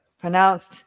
Pronounced